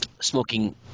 smoking